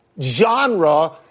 genre